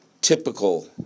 typical